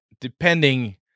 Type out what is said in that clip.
depending